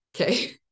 okay